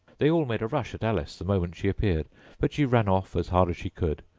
they all made a rush at alice the moment she appeared but she ran off as hard as she could,